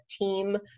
team